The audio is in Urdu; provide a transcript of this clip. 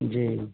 جی